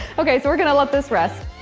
okay, so we're gonna let this rest.